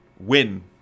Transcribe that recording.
win